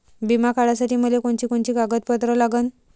बिमा काढासाठी मले कोनची कोनची कागदपत्र लागन?